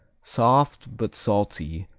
soft but salty,